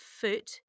foot